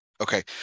Okay